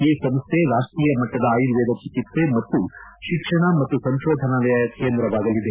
ಈ ಸಂಸ್ಥೆ ರಾಷ್ಟೀಯ ಮಟ್ಟದ ಆರ್ಯುವೇದ ಚಿಕಿತ್ಲ ಮತ್ತು ಶಿಕ್ಷಣ ಮತ್ತು ಸಂಶೋಧನೆಯ ಕೇಂದ್ರವಾಗಲಿದೆ